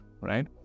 right